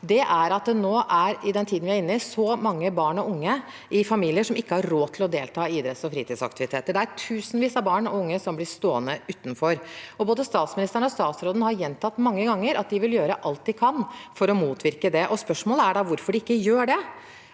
vi er inne i, er så mange barn og unge i familier som ikke har råd til å delta i idretts- og fritidsaktiviteter. Det er tusenvis av barn og unge som blir stående utenfor, og både statsministeren og statsråden har gjentatt mange ganger at de vil gjøre alt de kan for å motvirke det. Spørsmålet er da hvorfor de ikke gjør det.